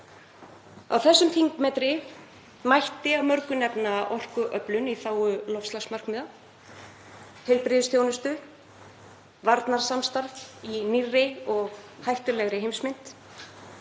Á þessum þingvetri mætti af mörgu nefna orkuöflun í þágu loftslagsmarkmiða, heilbrigðisþjónustu, varnarsamstarf í nýrri og hættulegri heimsmynd,